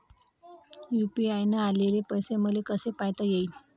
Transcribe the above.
UPI न आलेले पैसे मले कसे पायता येईन?